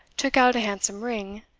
took out a handsome ring,